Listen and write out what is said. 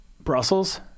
Brussels